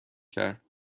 کرد